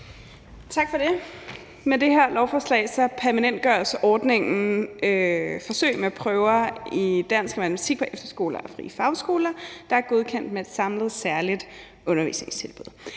Tak for det. Med det her lovforslag permanentgøres ordningen med forsøg med prøver i dansk og matematik på efterskoler og frie fagskoler, der er godkendt med et samlet særligt undervisningstilbud,